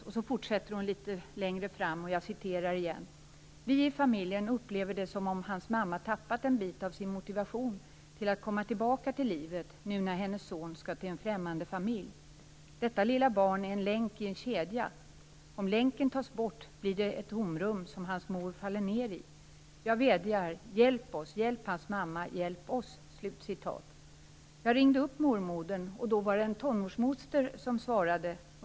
Och hon fortsätter litet längre fram: "Vi i familjen upplever det som att hans mamma tappat en bit av sin motivation till att komma tillbaka till livet nu när hennes son ska till en främmande familj. Detta lilla barn är en länk i en kedja. Om länken tas bort blir det ett tomrum som hans mor faller ner i. Jag vädjar: Hjälp oss, hjälp hans mamma, hjälp oss!!!" Jag ringde upp mormodern, då var det en tonårsmoster som svarade.